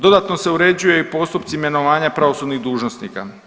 Dodatno se uređuje i postupci imenovanja pravosudnih dužnosnika.